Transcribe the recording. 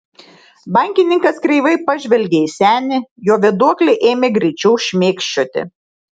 bankininkas kreivai pažvelgė į senį jo vėduoklė ėmė greičiau šmėkščioti